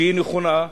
שהיא נכונה,